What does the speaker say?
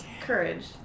courage